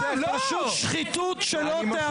מתורבת שחיתות?